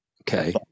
Okay